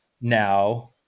now